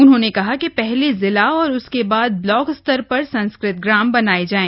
उन्होंने कहा कि पहले जिला और उसके बाद ब्लॉक स्तर पर संस्कृत ग्राम बनाये जाय